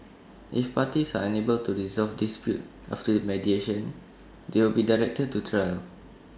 if parties are unable to resolve disputes after mediation they will be directed to A trial